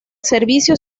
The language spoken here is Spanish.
servicio